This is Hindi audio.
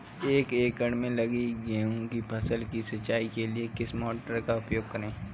एक एकड़ में लगी गेहूँ की फसल की सिंचाई के लिए किस मोटर का उपयोग करें?